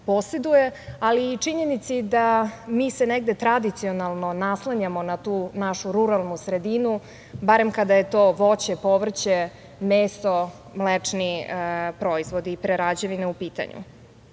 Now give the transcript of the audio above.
ali i činjenici da se mi negde tradicionalno naslanjamo na tu našu ruralnu sredinu, bar kada su to voće, povrće, meso, mlečni proizvodi i prerađevine u pitanju. Imamo